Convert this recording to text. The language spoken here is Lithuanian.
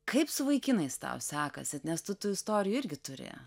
kaip su vaikinais tau sekasi nes tu tų istorijų irgi turi